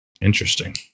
Interesting